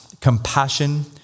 compassion